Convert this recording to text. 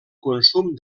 consum